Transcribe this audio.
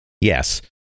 Yes